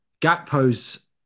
Gakpo's